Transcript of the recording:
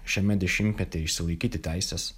šiame dešimtmetyje išsilaikyti teises